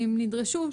אם נדרשו,